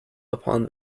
upon